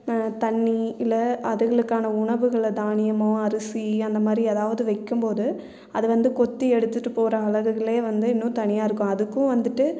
தண்ணி இல்லை அதுகளுக்கான உணவுகளை தானியமோ அரிசி அந்தமாதிரி ஏதாவது வைக்கும்போது அது வந்து கொத்தி எடுத்துட்டு போற அழகுகளே வந்து இன்னும் தனியாக இருக்கும் அதுக்கும் வந்துட்டு